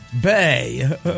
Bay